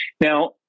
Now